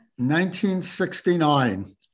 1969